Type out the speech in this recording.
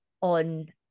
on